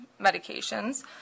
medications